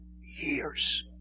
Years